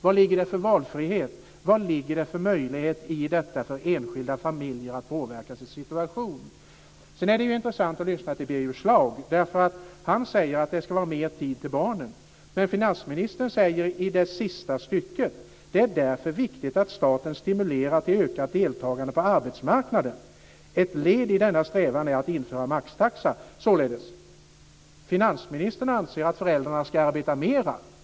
Vad ligger det för valfrihet och möjlighet i detta för enskilda familjer att påverka sin situation? Det är intressant att lyssna till Birger Schlaug. Han säger att det ska vara mer tid till barnen. Men finansministern säger i det sista stycket: "Det är därför viktigt att staten stimulerar till ökat deltagande på arbetsmarknaden. Ett led i denna strävan är att införa maxtaxa -." Således anser finansministern att föräldrarna ska arbeta mer.